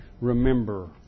remember